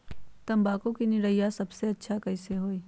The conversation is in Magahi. तम्बाकू के निरैया सबसे अच्छा कई से होई?